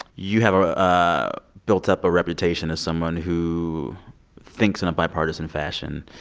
you have ah built up a reputation as someone who thinks in a bipartisan fashion.